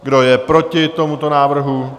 Kdo je proti tomuto návrhu?